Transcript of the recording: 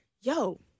yo